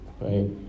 right